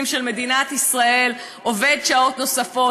של מדינת ישראל עובד שעות נוספות.